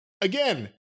Again